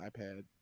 iPad